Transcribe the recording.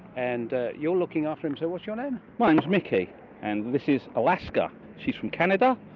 and you're looking after him, so what's your name? my name's micky and this is alaska. she's from canada,